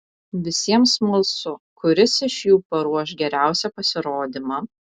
visiems smalsu kuris iš jų paruoš geriausią pasirodymą